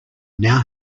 now